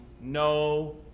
no